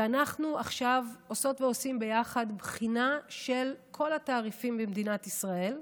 ואנחנו עכשיו עושות ועושים ביחד בחינה של כל התעריפים במדינת ישראל,